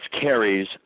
carries